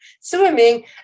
swimming